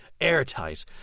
airtight